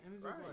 right